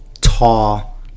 tall